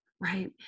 right